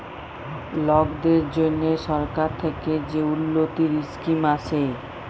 লকদের জ্যনহে সরকার থ্যাকে যে উল্ল্যতির ইসকিম আসে